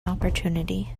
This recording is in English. opportunity